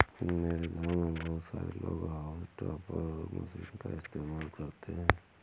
मेरे गांव में बहुत सारे लोग हाउस टॉपर मशीन का इस्तेमाल करते हैं